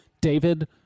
David